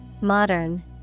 Modern